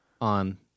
on